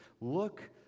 look